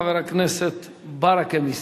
חבר הכנסת ברכה מסתייג.